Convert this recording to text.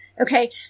okay